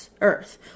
earth